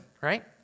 right